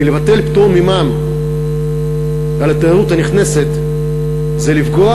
כי לבטל פטור ממע"מ על התיירות הנכנסת זה לפגוע